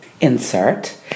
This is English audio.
insert